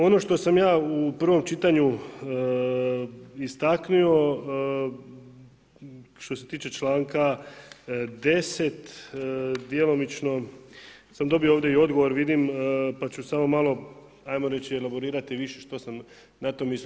Ono što sam ja u prvom čitanju istaknuo, što se tiče članka 10. djelomično sam dobio ovdje i odgovor, vidim, pa ću samo malo ajmo reći elaborirati više što sam na to mislio.